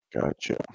gotcha